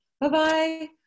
Bye-bye